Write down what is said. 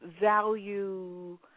value